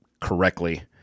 correctly